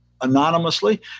anonymously